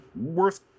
worth